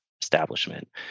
establishment